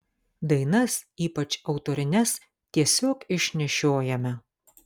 dainas ypač autorines tiesiog išnešiojame